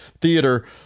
Theater